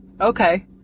okay